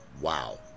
wow